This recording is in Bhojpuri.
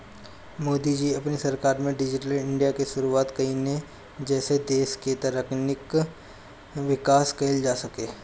मोदी जी अपनी सरकार में डिजिटल इंडिया के शुरुआत कईने जेसे देस के तकनीकी विकास कईल जा सके